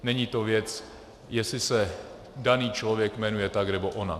Není to věc, jestli se daný člověk jmenuje tak nebo onak.